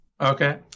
Okay